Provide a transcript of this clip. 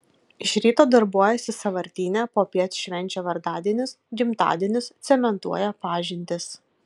iš ryto darbuojasi sąvartyne popiet švenčia vardadienius gimtadienius cementuoja pažintis